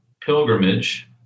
pilgrimage